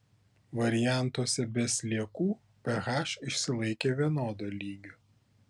variantuose be sliekų ph išsilaikė vienodo lygio